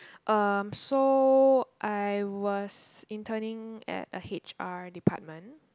um so I was interning at a h_r department